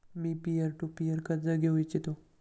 me peer to peer कर्ज घेऊ इच्छितो